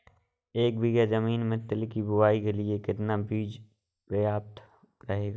एक बीघा ज़मीन में तिल की बुआई के लिए कितना बीज प्रयाप्त रहेगा?